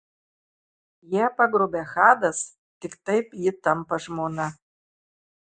ją pagrobia hadas tik taip ji tampa žmona